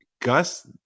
Gus